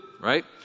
right